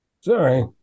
Sorry